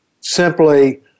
simply